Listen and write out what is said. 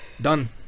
Done